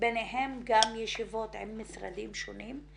ביניהן גם ישיבות עם משרדים שונים,